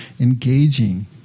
engaging